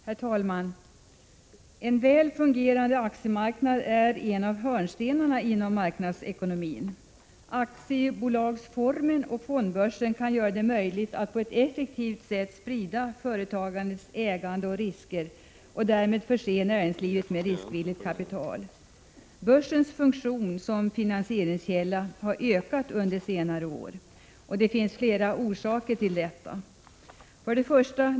Herr talman! En väl fungerande aktiemarknad är en av hörnstenarna inom marknadsekonomin. Aktiebolagsformen och fondbörsen kan göra det möjligt att på ett effektivt sätt sprida företagandets ägande och risker och därmed förse näringslivet med riskvilligt kapital. Börsens funktion som finansieringskälla har ökat under senare år. Det finns flera orsaker till detta.